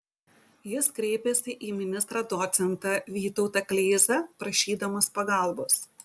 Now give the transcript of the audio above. jis kreipėsi į ministrą docentą vytautą kleizą prašydamas pagalbos